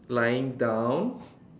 lying down